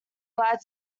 glad